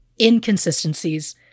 inconsistencies